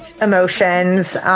emotions